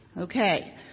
Okay